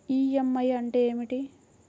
EMI అంటే ఏమిటి?